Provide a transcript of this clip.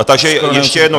Takže ještě jednou.